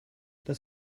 das